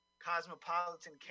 Cosmopolitan